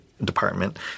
Department